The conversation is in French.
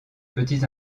petits